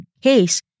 case